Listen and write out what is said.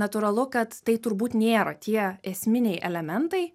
natūralu kad tai turbūt nėra tie esminiai elementai